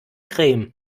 creme